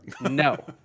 No